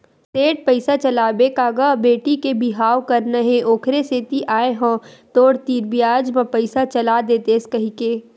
सेठ पइसा चलाबे का गा बेटी के बिहाव करना हे ओखरे सेती आय हंव तोर तीर बियाज म पइसा चला देतेस कहिके